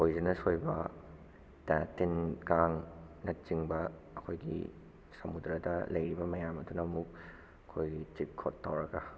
poisonous ꯑꯣꯏꯕꯗ ꯇꯤꯟ ꯀꯥꯡꯅꯆꯤꯡꯕ ꯑꯩꯈꯣꯏꯒꯤ ꯁꯃꯨꯗ꯭ꯔꯥꯗ ꯂꯩꯔꯤꯕ ꯃꯌꯥꯝ ꯑꯗꯨꯅ ꯑꯃꯨꯛ ꯑꯩꯈꯣꯏ ꯆꯤꯛ ꯈꯣꯠ ꯇꯧꯔꯒ